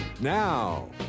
Now